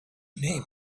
name